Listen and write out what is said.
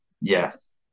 yes